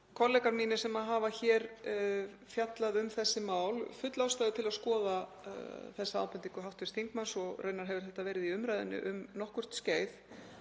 kollegar mínir sem hafa fjallað um þessi mál tel ég fulla ástæðu til að skoða þessa ábendingu hv. þingmanns. Raunar hefur þetta verið í umræðunni um nokkurt skeið.